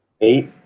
Eight